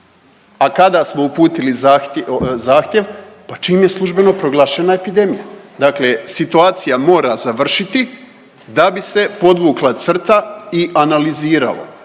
A kada smo uputili zahtjev? Pa čim je službeno proglašena epidemija. Dakle situacija mora završiti da bi se podvukla crta i analiziralo